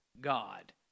God